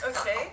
Okay